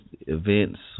events